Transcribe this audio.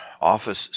office